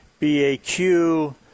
baq